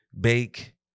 Bake